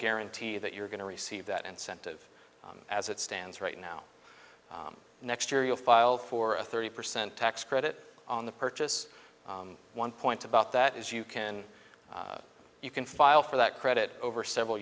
guarantee that you're going to receive that incentive as it stands right now next year you'll file for a thirty percent tax credit on the purchase one point about that is you can you can file for that credit over several